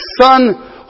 son